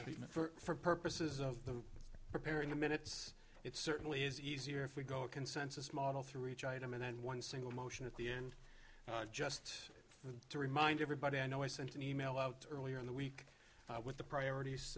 treatment for purposes of the preparing the minutes it certainly is easier if we go a consensus model through each item and then one single motion at the end just to remind everybody i know i sent an email out earlier in the week with the priorities